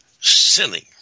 sinning